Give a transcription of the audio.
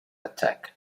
attack